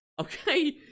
Okay